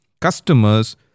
customers